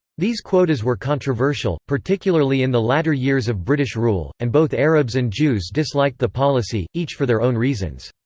these quotas were controversial, particularly in the latter years of british rule, and both arabs and jews disliked the policy, each for their own reasons.